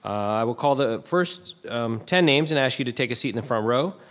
i will call the first ten names and ask you to take a seat in the front row.